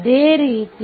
ಅದೇ ರೀತಿ